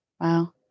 Wow